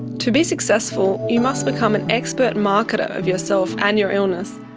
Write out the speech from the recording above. to be successful you must become an expert marketer of yourself and your illness,